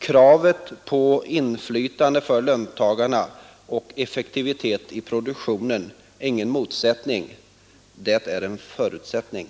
Kravet på inflytande för löntagarna och effektivitet i produktionen är ingen motsättning — det är en förutsättning.